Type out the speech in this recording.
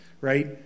right